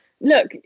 look